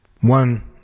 One